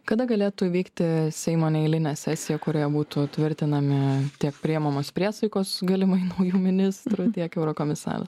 kada galėtų vykti seimo neeilinė sesija kurioje būtų tvirtinami tiek priimamos priesaikos galimai naujų ministrų tiek eurokomisarų